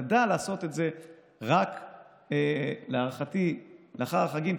נדע לעשות את זה, להערכתי, רק לאחר החגים.